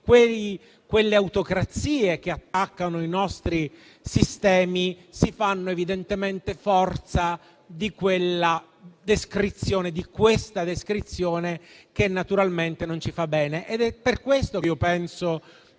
quelle autocrazie che attaccano i nostri sistemi si fanno evidentemente forza di questa descrizione che naturalmente non ci fa bene.